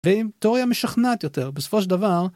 ואם תיאוריה משכנעת יותר בסופו של דבר